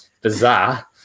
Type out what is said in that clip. Bizarre